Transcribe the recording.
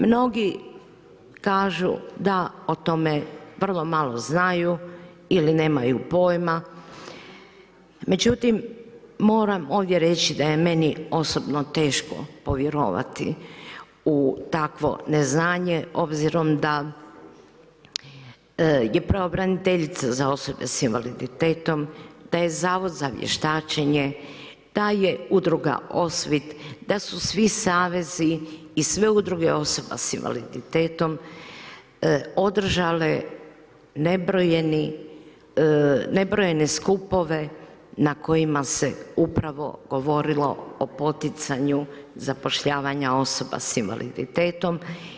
Mnogi kažu da o tome vrlo malo znaju ili nemaju pojma, međutim moram ovdje reći da je meni osobno teško povjerovati u takvo neznanje obzirom da je pravobraniteljica za osobe sa invaliditetom, da je zavod za vještačenje, da je Udruga OSVIT, da su svi savezi i sve udruge osoba sa invaliditetom održale nebrojene skupove na kojima se upravo govorilo o poticanju zapošljavanja osoba sa invaliditetom.